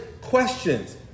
questions